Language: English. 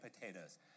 potatoes